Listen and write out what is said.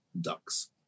ducks